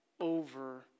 over